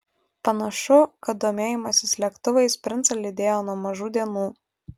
panašu kad domėjimasis lėktuvais princą lydėjo nuo mažų dienų